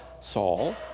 Saul